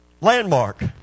Landmark